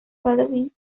following